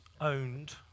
owned